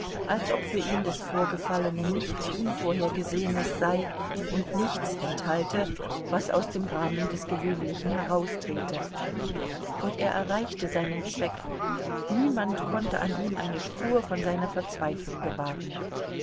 als ob für ihn das vorgefallene nichts unvorhergesehenes sei und nichts enthalte was aus dem rahmen des gewöhnlichen heraustrete und er erreichte seinen zweck niemand konnte an ihm eine spur von seiner verzweiflung gewahren